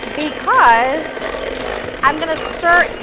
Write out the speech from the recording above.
because i'm going to stir